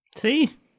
See